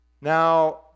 Now